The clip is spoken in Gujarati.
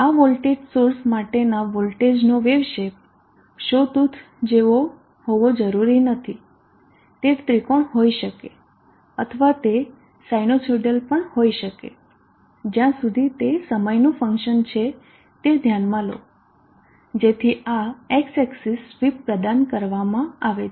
આ વોલ્ટેજ સોર્સ માટેનાં વોલ્ટેજનો વેવ શેપ સો ટુથ જેવો હોવો જરૂરી નથી તે તે ત્રિકોણ હોઈ શકે અથવા તે સાયનુસાઇડલ પણ હોઈ શકે જ્યાં સુધી તે સમયનું ફંક્શન છે તે ધ્યાન માં લો જેથી આ x એક્સીસ સ્વીપ પ્રદાન કરવામાં આવે છે